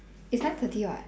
it's nine thirty [what]